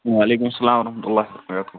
وعلیکم اسلام ورحمۃ اللہ وبرکاتہ